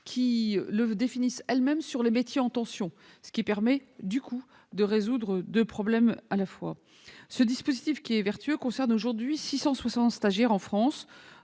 qui le définissent elles-mêmes pour les métiers en tension, ce qui permet de résoudre deux problèmes à la fois. Ce dispositif vertueux concerne aujourd'hui 660 stagiaires en France,